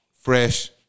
fresh